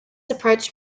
approach